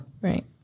Right